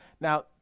Now